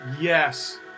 yes